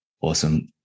Awesome